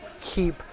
keep